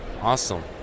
awesome